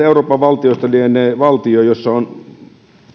euroopan valtioista suomi lienee valtio jossa on